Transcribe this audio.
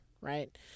right